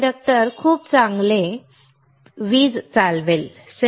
conductor खूप चांगले वीज चालवेल